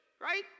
right